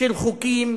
של חוקים